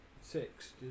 six